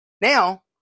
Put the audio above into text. Now